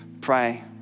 pray